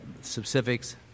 specifics